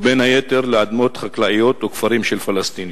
ובין היתר לאדמות חקלאיות או כפרים של פלסטינים.